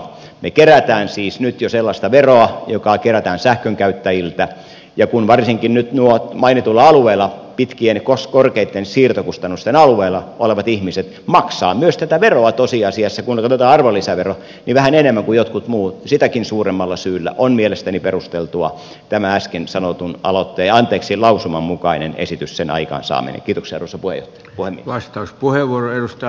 me keräämme siis nyt jo sellaista veroa joka kerätään sähkönkäyttäjiltä ja kun varsinkin nyt nuo mainituilla alueilla pitkillä korkeitten siirtokustannusten alueilla olevat ihmiset maksavat myös tätä veroa tosiasiassa kun otetaan arvonlisävero vähän enemmän kuin jotkut muut niin sitäkin suuremmalla syyllä on mielestäni perusteltu tämä äsken sanotun lausuman mukainen esitys sen aikaansaaminen kidukset osa voi kuin vastauspuheenvuoro edusta